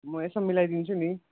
म यसो मिलाइदिन्छु नि